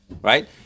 right